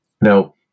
Now